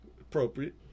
Appropriate